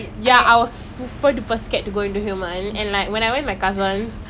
நம்ப போனோம் நினைச்சேன்:namba ponom nineitchen cylon ஆ இல்லை அந்த:aa illeh antha human இது:ithu oh I forgot lah